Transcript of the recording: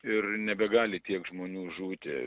ir nebegali tiek žmonių žūti